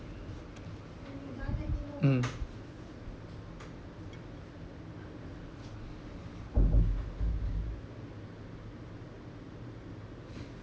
mm